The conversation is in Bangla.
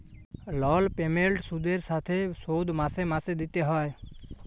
লল পেমেল্ট সুদের সাথে শোধ মাসে মাসে দিতে হ্যয়